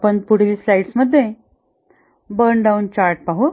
आपण पुढील स्लाइड्समध्ये बर्न डाउन चार्ट पाहू